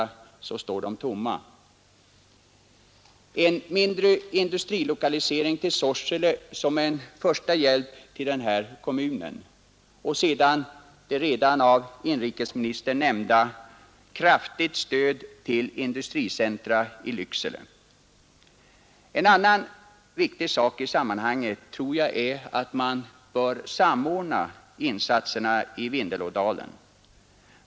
denna kommun, och sedan, som industriministern nämnde, Torsdagen den kraftigt stöd till ett industricentrum i Lycksele. 11 november 1971 En annan viktig sak i detta sammanhang är att man bör samordna insatserna i Vindelådalen.